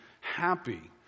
happy